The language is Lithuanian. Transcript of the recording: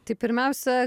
tai pirmiausia